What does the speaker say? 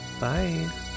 Bye